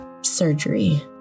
surgery